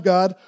God